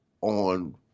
on